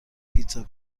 پیتزا